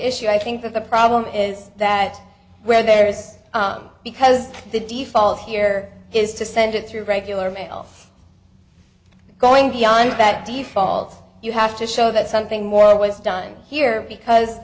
issue i think the problem is that where there's because the default here is to send it through regular mail going beyond that default you have to show that something more was done here because